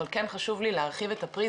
אבל כן חשוב לי להרחיב את הפריזמה,